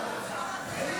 להעביר